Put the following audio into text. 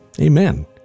Amen